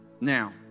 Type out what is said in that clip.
now